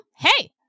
Hey